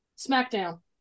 SmackDown